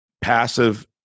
passive